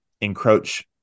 encroach